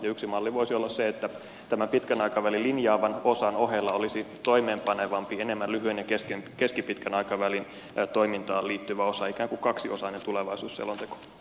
yksi malli voisi olla se että tämän pitkän aikavälin linjaavan osan ohella olisi toimeenpanevampi enemmän lyhyen ja keskipitkän aikavälin toimintaan liittyvä osa ikään kuin kaksiosainen tulevaisuusselonteko